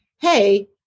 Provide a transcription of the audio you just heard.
hey